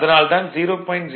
அதனால் தான் 0